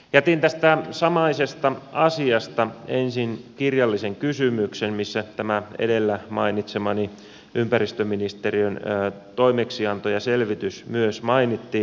jätin tästä samaisesta asiasta ensin kirjallisen kysymyksen missä tämä edellä mainitsemani ympäristöministeriön toimeksianto ja selvitys myös mainittiin